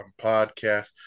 Podcast